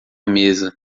mesa